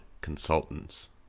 consultants